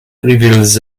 reveals